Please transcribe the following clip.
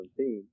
17—